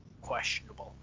questionable